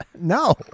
No